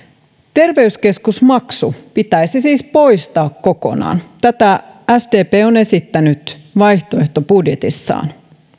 terveyskeskusmaksu pitäisi siis poistaa kokonaan tätä sdp on esittänyt vaihtoehtobudjetissaan